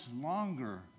longer